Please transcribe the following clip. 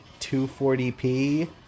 240p